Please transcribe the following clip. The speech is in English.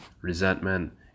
resentment